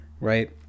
right